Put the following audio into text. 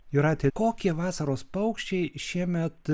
jūrate kokie vasaros paukščiai šiemet